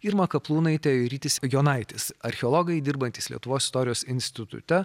irma kaplūnaitė ir rytis jonaitis archeologai dirbantys lietuvos istorijos institute